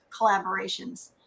collaborations